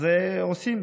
אז עושים,